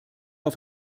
auf